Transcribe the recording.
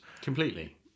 Completely